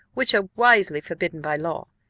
which are wisely forbidden by law.